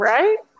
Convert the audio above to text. Right